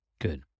Good